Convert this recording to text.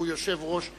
שהוא יושב-ראש הוועדה,